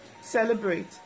Celebrate